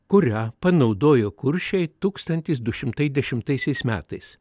kurią panaudojo kuršiai tūkstantis du šimtai dešimtaisiais metais